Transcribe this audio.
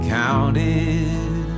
counted